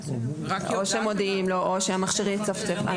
או שמודיעים לו או שהמכשיר יצפצף.